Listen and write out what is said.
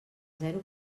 zero